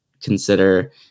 consider